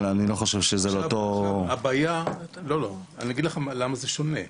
אני לא חשוב שזה על אותו --- אני אגיד לך למה זה שונה.